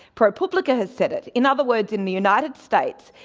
propublica has said it. in other words, in the united states,